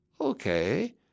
okay